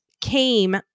came